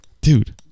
Dude